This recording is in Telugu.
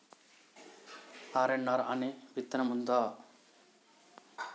ఆర్.ఎన్.ఆర్ అనే విత్తనం ఉందా?